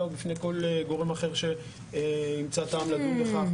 או בפני כל גורם אחר שימצא טעם לדון בכך.